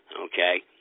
Okay